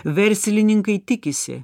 verslininkai tikisi